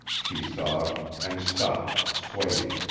she sobbed, and stopped, swaying.